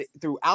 throughout